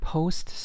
Post